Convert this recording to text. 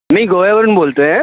मी गोव्यावरून बोलतो आहे